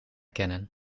kennen